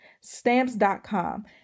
Stamps.com